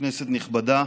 כנסת נכבדה,